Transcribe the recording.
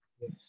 Yes